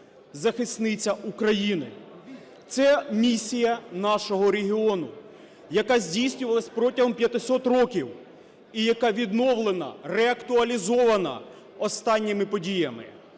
захисниця України. Це місія нашого регіону, яка здійснювалась протягом 500 років і яка відновлена, реактуалізована останніми подіями.